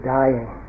dying